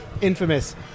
infamous